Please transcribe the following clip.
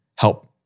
help